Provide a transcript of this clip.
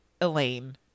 Elaine